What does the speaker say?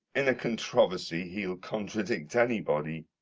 in a controversy he'll contradict anybody.